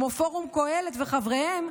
כמו פורום קהלת וחבריהם,